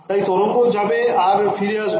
তাই তরঙ্গ যাবে আর ফিরে আসবে k′x হিসেবে